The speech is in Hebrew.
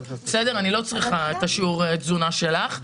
אני לא צריכה את שיעור התזונה שלך.